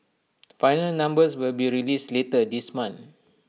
final numbers will be released later this month